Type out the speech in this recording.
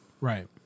Right